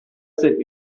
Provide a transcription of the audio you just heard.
sheep